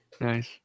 Nice